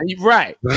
right